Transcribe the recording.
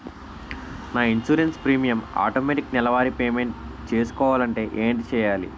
నా insurance premium automatic నెలవారి payment చేసుకోవాలంటే ఏంటి చేయాలి?